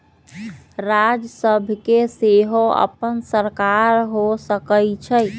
राज्य सभ के सेहो अप्पन सरकार हो सकइ छइ